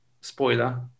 spoiler